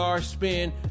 spin